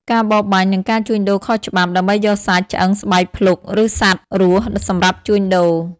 ការបរបាញ់ និងការជួញដូរខុសច្បាប់ ដើម្បីយកសាច់ ឆ្អឹង ស្បែក ភ្លុក ឬសត្វរស់សម្រាប់ជួញដូរ។